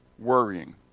worrying